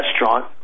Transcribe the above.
restaurant